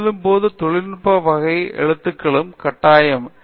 எழுதும்போது தொழில்நுட்ப வகை எழுத்துகளும் கட்டாயமாகும்